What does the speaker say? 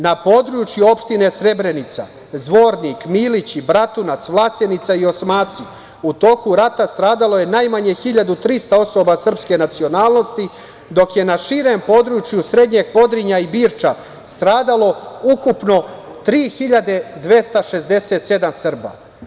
Na području opštine Srebrenica, Milići, Bratunac, Vlasenica i Osmaci u toku rata stradalo je najmanje 1.300 osoba srpske nacionalnosti, dok je na širem području Srednjeg Podrinja i Birča stradalo ukupno 3.267 Srba.